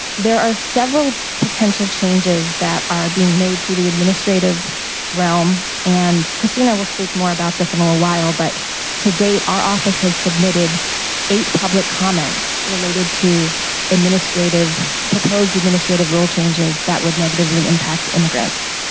there are several potential changes that are being made through the administrative realm. and christina will speak more about this in a little ah while, but to date our office has submitted eight public comments related to administrative, proposed administrative rule changes that would negatively impact immigrants.